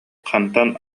хантан